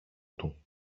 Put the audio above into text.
του